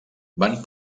van